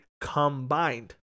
combined